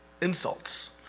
insults